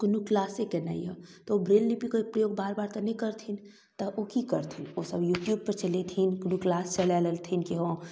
कोनो किलासे केनाइ अइ तऽ ओ ब्रेल लिपिके प्रयोग बेर बेर तऽ नहि करथिन तऽ ओ कि करथिन ओसभ यूट्यूबपर चलेथिन कोनो किलास चला लेथिन केओ